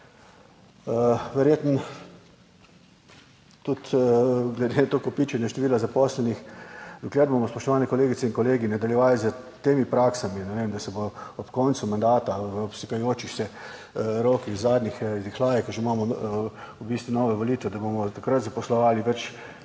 Verjetno tudi glede na to kopičenje števila zaposlenih. Dokler bomo, spoštovani kolegice in kolegi, nadaljevali s temi praksami, ne vem, da se bo ob koncu mandata, v iztekajočih se rokih, zadnjih izdihljajih, ko že imamo v bistvu nove volitve, da bomo takrat zaposlovali več